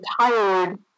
tired